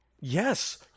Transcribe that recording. Yes